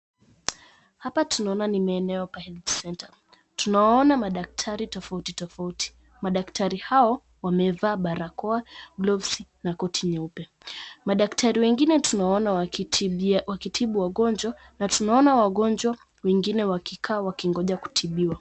Hapa tunaona ni maeneo pa health centre .Tunawaoana madaktari tofauti tofauti. Madaktari wamevaa barakoa gloves na koti nyeupe. Madaktari wengine tunawaona wakitibu wagonjwa. Na tunawaona wagonjwa wengine wakikaa wakingoja kutibiwa.